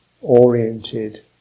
oriented